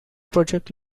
project